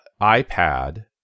iPad